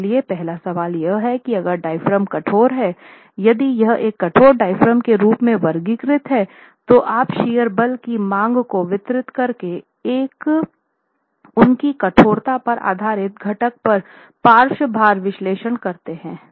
इसलिए पहला सवाल यह है कि अगर डायाफ्राम कठोर है यदि यह एक कठोर डायाफ्राम के रूप में वर्गीकृत है तो आप शियर बल की मांग को वितरित करके एक उनकी कठोरता पर आधारित घटक पर पार्श्व भार विश्लेषण करते हैं